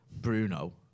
Bruno